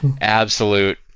Absolute